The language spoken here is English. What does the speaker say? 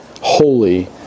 holy